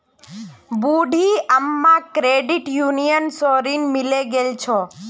बूढ़ी अम्माक credit union स ऋण मिले गेल छ